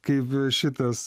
kaip šitas